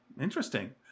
interesting